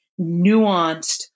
nuanced